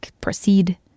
proceed